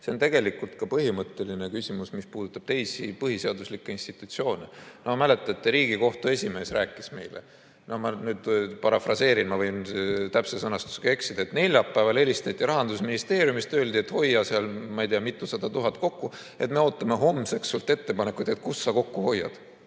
See on tegelikult ka põhimõtteline küsimus, mis puudutab teisi põhiseaduslikke institutsioone. Mäletate, Riigikohtu esimees rääkis meile – ma nüüd parafraseerin, ma võin täpse sõnastusega eksida –, et neljapäeval helistati Rahandusministeeriumist ja öeldi, et hoia seal, ma ei tea, mitusada tuhat kokku, et me ootame homseks sinult ettepanekuid, kust sa kokku hoiad.